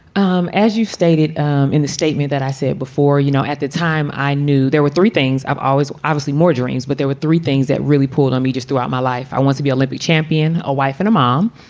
um as you stated um in the statement that i said before, you know, at the time i knew there were three things. i've always obviously more dreams. but there were three things that really pulled me just throughout my life. i want to be olympic champion, a wife and a mom.